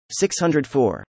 604